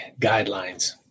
guidelines